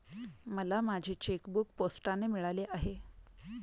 मला माझे चेकबूक पोस्टाने मिळाले आहे